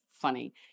funny